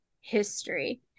history